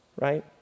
right